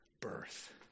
birth